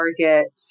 target